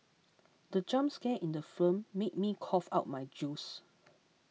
the jump scare in the film made me cough out my juice